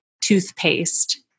toothpaste